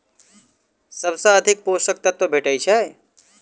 सबसँ अधिक पोसक तत्व भेटय छै?